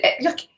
Look